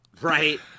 Right